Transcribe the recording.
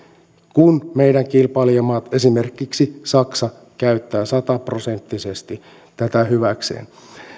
kun meidän kilpailijamaat esimerkiksi saksa käyttävät sataprosenttisesti tätä hyväkseen